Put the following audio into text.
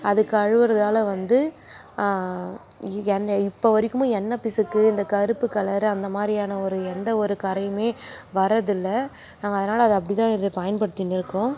அது கழுவுகிறதால வந்து எண்ணெய் இப்போ வரைக்குமே எண்ணெய் பிசுக்கு இந்த கருப்பு கலரு அந்த மாதிரியான ஒரு எந்த ஒரு கறையுமே வரதில்லை நாங்கள் அதனால் அதை அப்படிதான் இது பயன்படுத்திகிட்டுருக்கோம்